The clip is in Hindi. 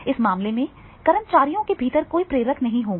इस मामले में कर्मचारियों के भीतर कोई प्रेरक नहीं होगा